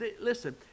listen